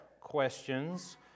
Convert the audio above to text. questions